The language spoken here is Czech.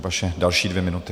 Vaše další dvě minuty.